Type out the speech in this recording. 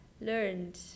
learned